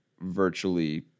virtually